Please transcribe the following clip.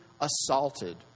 assaulted